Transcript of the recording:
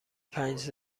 پنج